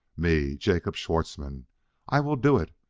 me, jacob schwartzmann i will do it.